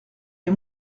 les